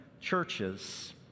churches